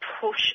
push